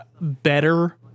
better